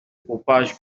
propage